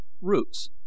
roots